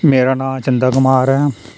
मेरा नांऽ चंद्र कुमार ऐ